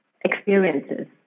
experiences